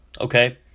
Okay